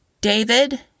David